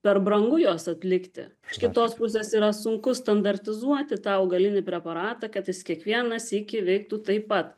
per brangu juos atlikti iš kitos pusės yra sunku standartizuoti tą augalinį preparatą kad jis kiekvieną sykį veiktų taip pat